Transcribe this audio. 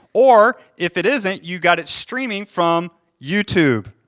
or, if it isn't, you've got it streaming from youtube,